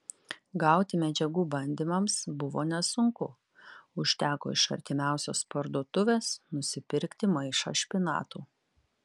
gauti medžiagų bandymams buvo nesunku užteko iš artimiausios parduotuvės nusipirkti maišą špinatų